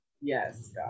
yes